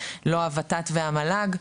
לא הות"ת ולא המל"ג,